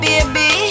Baby